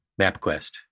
MapQuest